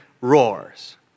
roars